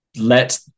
let